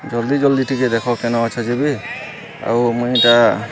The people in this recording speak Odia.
ଜଲ୍ଦି ଜଲ୍ଦି ଟିକେ ଦେଖ କେନ ଅଛ ଯେ ବି ଆଉ ମୁଇଁ ଇଟା